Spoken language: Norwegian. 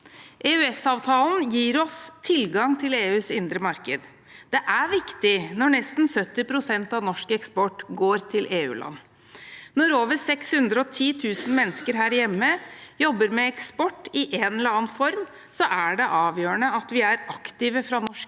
EØS-avtalen gir oss tilgang til EUs indre marked. Det er viktig når nesten 70 pst. av norsk eksport går til EU-land. Når over 610 000 mennesker her hjemme jobber med eksport i en eller annen form, er det avgjørende at vi er aktive fra norsk side